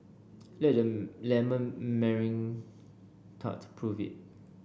let the lemon meringue tart prove it